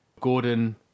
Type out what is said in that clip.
Gordon